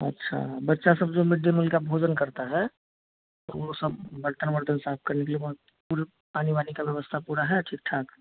अच्छा बच्चे सब जो मिडडे मिल का भोजन करते हैं वह सब बर्तन वर्तन साफ़ करने के लिए वहाँ तो पूरा पानी वानी की व्यवस्था पूरी है ठीक ठाक